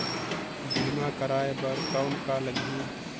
बीमा कराय बर कौन का लगही?